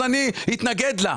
אז אני אתנגד לה.